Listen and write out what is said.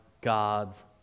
God's